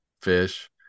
fish